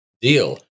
deal